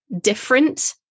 different